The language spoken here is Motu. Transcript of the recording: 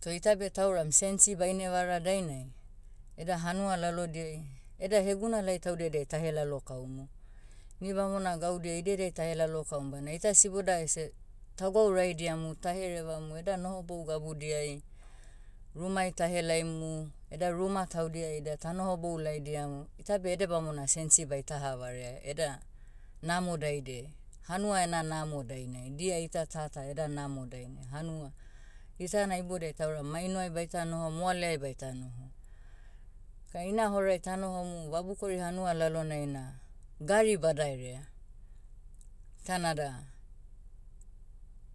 Toh ita beh tauram sensi baine vara dainai, eda hanua lalodiai, eda hegunalai taudia ediai tahelalokaumu. Ni bamona gaudia idediai tahelalokaum bana ita siboda ese, ta gwauraidiamu ta herevamu eda nohobou gabudiai, rumai tahelaimu, eda ruma taudia ida tanohobou laidiamu. Ita beh edebamona sensi baita havarea eda, namo daidiai. Hanua ena namo dainai dia ita tata eda namo dainai hanua. Itana iboudai tauram mainoai baita noho moaleai baita noho. Ka ina horai tanohomu vabukori hanua lalonai na, gari badaerea. Tana da,